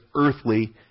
earthly